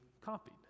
copied